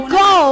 go